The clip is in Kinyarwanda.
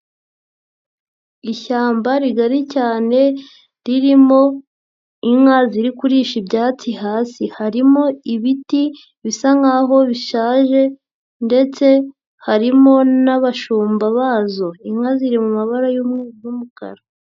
Ishyamba rigari cyane ririmo inka ziri kurisha ibyatsi hasi, harimo ibiti bisa nkaho bishaje ndetse harimo n'abashumba bazo, inka ziri mu mabara y'umweru n'umukara.